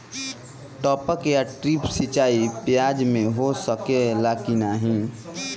टपक या ड्रिप सिंचाई प्याज में हो सकेला की नाही?